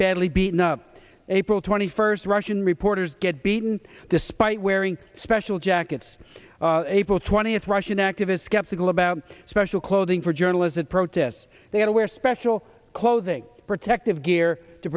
badly beaten up april twenty first russian reporters get beaten despite wearing special jackets april twentieth russian activist skeptical about special clothing for journalists and protests they had to wear special clothing protective gear to